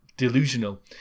Delusional